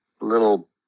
little